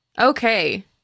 Okay